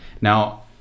Now